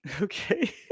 okay